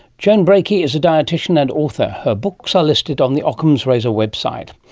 joan breakey is a dietician and author. her books are listed on the ockham's razor website.